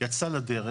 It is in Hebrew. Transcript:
יצא לדרך.